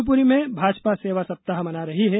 शिवपुरी में भाजपा सेवा सप्ताह मना रही है